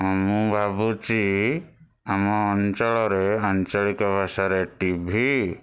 ହଁ ମୁଁ ଭାବୁଛି ଆମ ଅଞ୍ଚଳରେ ଆଞ୍ଚଳିକ ଭାଷାରେ ଟିଭି